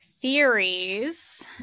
theories